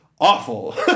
awful